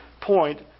point